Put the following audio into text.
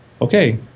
Okay